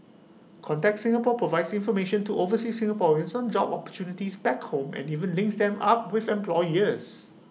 contact Singapore provides information to overseas Singaporeans on job opportunities back home and even links them up with employers